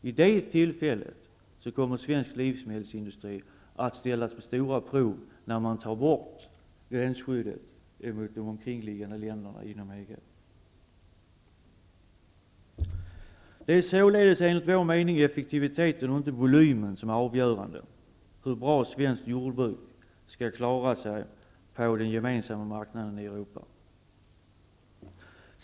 Vid det tillfället kommer svensk livsmedelsindustri att ställas inför hårda prov, då gränsskyddet tas bort i de omkringliggande länderna inom EG. Det är således enligt vår mening effektiviteten och inte volymen som är avgörande för hur bra svenskt jordbruk skall klara sig på den gemensamma marknaden i Europa.